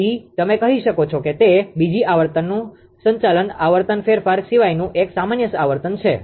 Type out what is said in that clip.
તેથી તમે કહી શકો છો તે બીજી આવર્તનનું સંચાલન આવર્તન ફેરફાર સિવાયનુ એક સામાન્ય આવર્તન છે